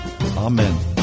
Amen